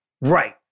Right